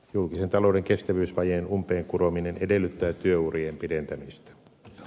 julkisen talouden kestävyysvajeen umpeen kurominen edellyttää työurien pidentämistä